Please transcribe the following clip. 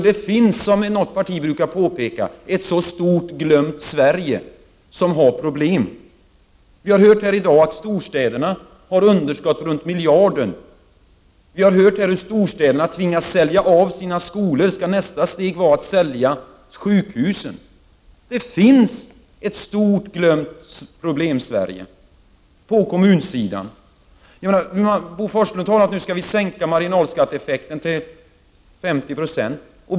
Det finns, som något parti brukar påpeka, ett stort glömt Sverige som har problem. Vi har hört här i dag att storstäderna har underskott runt miljarden, och vi har hört hur de tvingas sälja av sina skolor. Skall nästa steg vara att sälja sjukhusen? Det finns ett stort glömt Problemsverige på kommunsidan. Bo Forslund talade om att sänka marginalskatteeffekten till högst 50 96 och normalt 30 26.